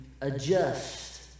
adjust